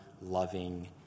loving